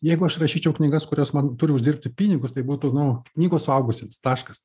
jeigu aš rašyčiau knygas kurios man turi uždirbti pinigus tai būtų nu knygos suaugusiems taškas